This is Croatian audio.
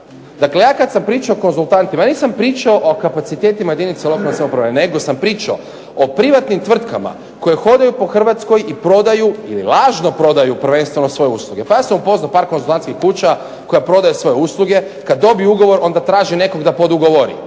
dakle ja kad sam pričao o konzultantima ja nisam pričao o kapacitetima jedinica lokalne samouprave nego sam pričao o privatnim tvrtkama koje hodaju po Hrvatskoj i prodaju, lažno prodaju prvenstveno svoje usluge. Pa ja sam upoznao par konzultantskih kuća koje prodaju svoje usluge, kad dobiju ugovor onda traže nekog da podugovori,